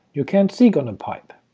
you can't seek on a pipe.